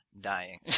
dying